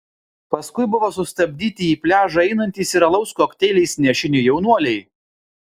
paskui buvo sustabdyti į pliažą einantys ir alaus kokteiliais nešini jaunuoliai